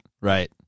right